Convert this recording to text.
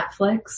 Netflix